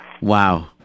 Wow